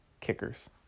kickers